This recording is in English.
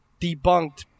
debunked